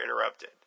interrupted